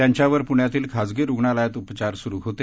त्यांच्यावर पूण्यातील खासगी रूग्णालयात उपचार सुरू होते